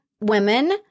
women